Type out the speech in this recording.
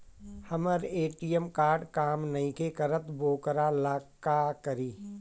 हमर ATM card काम नईखे करत वोकरा ला का करी?